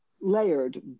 layered